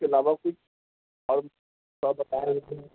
اس کے علاوہ کچھ اور تھوڑا بتائیں